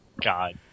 God